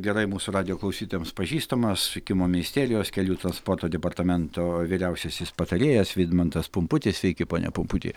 gerai mūsų radijo klausytojams pažįstamas susisiekimo ministerijos kelių transporto departamento vyriausiasis patarėjas vidmantas pumputis sveiki pone pumputi